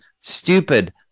stupid